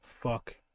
fuck